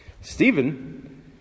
Stephen